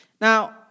Now